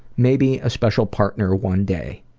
maybe a special partner one day.